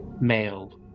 male